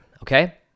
okay